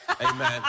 Amen